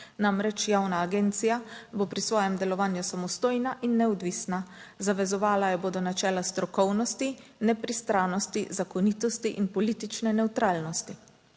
Namreč, javna agencija, bo pri svojem delovanju samostojna in neodvisna. Zavezovala bodo načela strokovnosti, nepristranosti, zakonitosti in politične nevtralnosti.